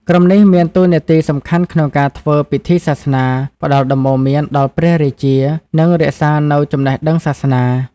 ក្រុមនេះមានតួនាទីសំខាន់ក្នុងការធ្វើពិធីសាសនា ផ្តល់ដំបូន្មានដល់ព្រះរាជា និងរក្សានូវចំណេះដឹងសាសនា។